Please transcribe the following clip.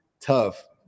tough